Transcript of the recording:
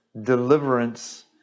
deliverance